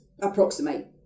approximate